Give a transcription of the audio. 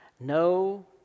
No